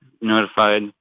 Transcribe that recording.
notified